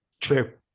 true